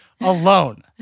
alone